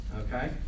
Okay